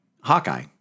Hawkeye